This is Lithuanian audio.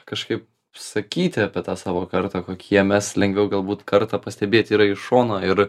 kažkaip išsakyti apie tą savo kartą kokie mes lengviau galbūt kartą pastebėti yra iš šono ir